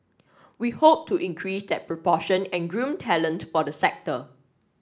we hope to increase that proportion and groom talent for the sector